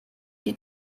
die